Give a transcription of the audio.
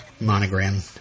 Monogram